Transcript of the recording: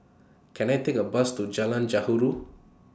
Can I Take A Bus to Jalan